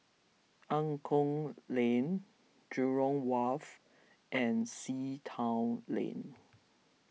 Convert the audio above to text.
Angklong Lane Jurong Wharf and Sea Town Lane